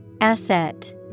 Asset